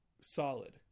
solid